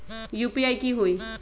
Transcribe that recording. UPI की होई?